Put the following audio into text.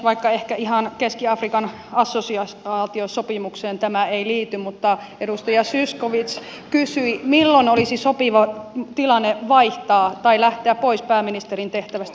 vaikka ehkä ihan keski afrikan assosiaatiosopimukseen tämä ei liity mutta edustaja zyskowicz kysyi milloin olisi sopiva tilanne vaihtaa tai lähteä pois pääministerin tehtävästä